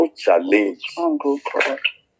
challenge